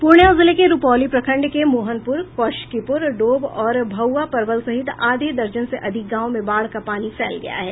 पूर्णिया जिले के रूपौली प्रखंड के मोहनपूर कौशकीपूर डोभ और भाऊआ परवल सहित आधे दर्जन से अधिक गांव में बाढ़ का पानी फैल गया है